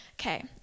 Okay